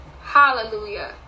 Hallelujah